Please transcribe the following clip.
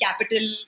capital